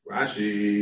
Rashi